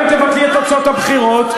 אולי גם תבטלי את תוצאות הבחירות?